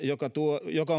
joka